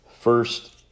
first